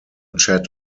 chat